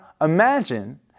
imagine